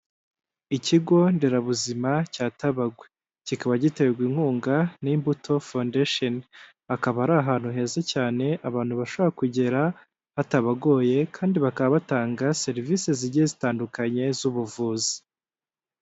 Ikigo nderabuzima cya Tabagwe. Kikaba giterwa inkunga n'imbuto fondesheni. Akaba ari ahantu heza cyane, abantu bashobora kugera hatabagoye, kandi bakaba batanga serivise zigiye zitandukanye z'ubuvuzi.